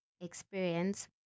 experience